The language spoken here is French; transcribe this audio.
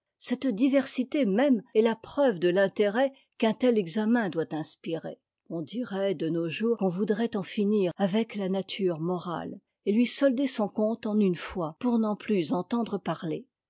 cette diversité même est la preuve de l'intérêt qu'un tel examen doit inspirer ondiraitdenos jours qu'on voudrait en finir avec ta nature morale et lui solder son compte en une fois pour n'en plus entendre parler